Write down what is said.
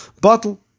bottle